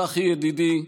צחי ידידי,